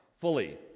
fully